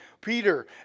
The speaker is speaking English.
Peter